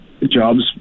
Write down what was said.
Jobs